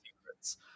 secrets